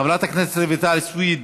חברת הכנסת רויטל סויד,